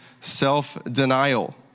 self-denial